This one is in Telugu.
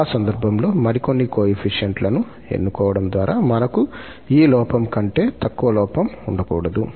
ఆ సందర్భంలో మరికొన్ని కోయెఫిషియంట్ లను ఎన్నుకోవడం ద్వారా మనకు ఈ లోపం కంటే తక్కువ లోపం ఉండకూడదు